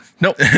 Nope